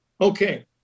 Okay